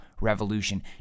revolution